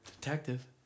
Detective